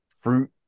fruit